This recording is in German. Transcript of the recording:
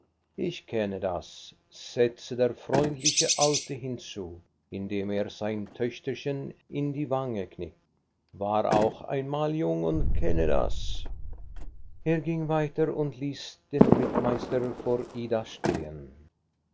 ich kenne das setzte der freundliche alte hinzu indem er sein töchterchen in die wange knipp war auch einmal jung und kenne das er ging weiter und ließ den rittmeister vor ida stehen